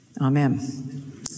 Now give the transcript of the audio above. Amen